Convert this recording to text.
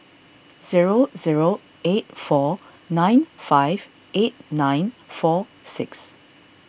zero zero eight four nine five eight nine four six